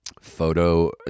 Photo